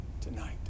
tonight